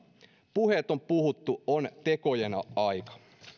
puheet on puhuttu on tekojen aika